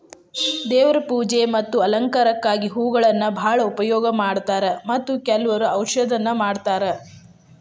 ದೇವ್ರ ಪೂಜೆ ಮತ್ತ ಅಲಂಕಾರಕ್ಕಾಗಿ ಹೂಗಳನ್ನಾ ಬಾಳ ಉಪಯೋಗ ಮಾಡತಾರ ಮತ್ತ ಕೆಲ್ವ ಔಷಧನು ಮಾಡತಾರ